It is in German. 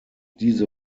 diese